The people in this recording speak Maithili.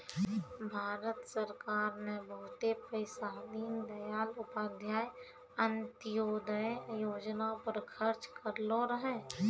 भारत सरकार ने बहुते पैसा दीनदयाल उपाध्याय अंत्योदय योजना पर खर्च करलो रहै